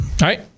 right